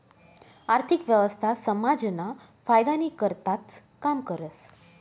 आर्थिक व्यवस्था समाजना फायदानी करताच काम करस